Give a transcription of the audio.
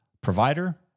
Provider